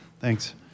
Thanks